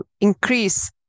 increase